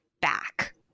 back